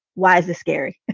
why is this scary?